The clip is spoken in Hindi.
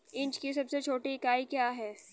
इंच की सबसे छोटी इकाई क्या है?